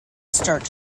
sturt